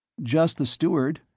just the steward,